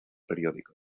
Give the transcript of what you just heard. periódico